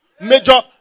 major